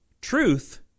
truth